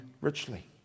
richly